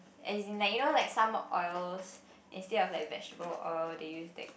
and as in like you know some oils instead of like vegetable oils they used that